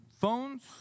phones